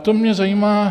To mě zajímá.